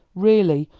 really,